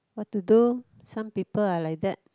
what to do some people are like that